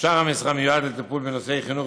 ושאר המשרה מיועד לטיפול בנושאי חינוך,